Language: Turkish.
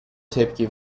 tepki